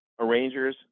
arrangers